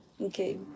Okay